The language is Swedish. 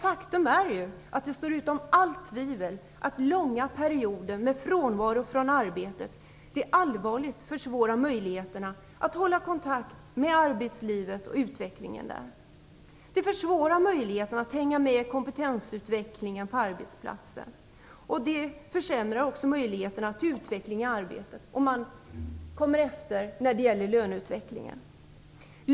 Faktum är att det står utom allt tvivel att långa perioder av frånvaro från arbetet allvarligt försvårar möjligheterna att hålla kontakt med arbetslivet och utvecklingen där. Det försvårar möjligheterna att hänga med i kompetensutvecklingen på arbetsplatsen, och det försämrar också möjligheterna till utveckling i arbetet. Man kommer efter när det gäller löneutvecklingen.